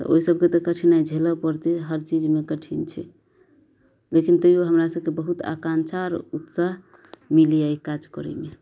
तऽ ओहि सबके तऽ कठिनाइ झेलऽ पड़तै हर चीजमे कठिन छै लेकिन तैयो हमरा सभके बहुत आकाँचा और उत्साह मिलैये काज करैमे